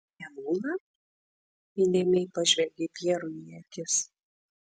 nebūna įdėmiai pažvelgei pjerui į akis